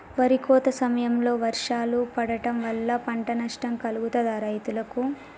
వరి కోత సమయంలో వర్షాలు పడటం వల్ల పంట నష్టం కలుగుతదా రైతులకు?